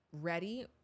ready